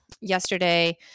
yesterday